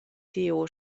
tio